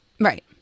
Right